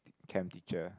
chem teacher